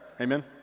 Amen